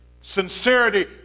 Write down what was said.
sincerity